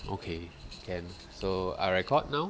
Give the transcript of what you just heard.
okay can so I record now